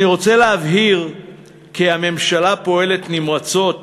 אני רוצה להבהיר כי הממשלה פועלת נמרצות